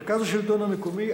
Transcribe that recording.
מרכז השלטון המקומי,